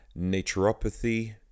naturopathy